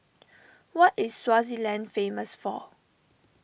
what is Swaziland famous for